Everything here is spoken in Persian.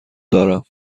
دارم